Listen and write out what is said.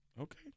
Okay